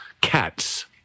Cats